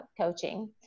coaching